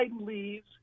leaves